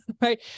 Right